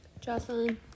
Jocelyn